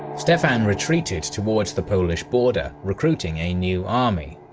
stefan retreated towards the polish border recruiting a new army,